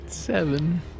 Seven